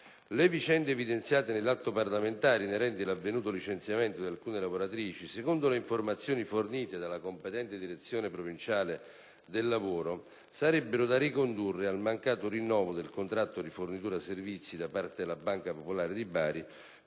Le vicende evidenziate nell'atto parlamentare inerenti l'avvenuto licenziamento di alcune lavoratrici, secondo le informazioni fornite dalla competente direzione provinciale del lavoro, sarebbero da ricondurre al mancato rinnovo del contratto di fornitura servizi da parte della Banca popolare di Bari,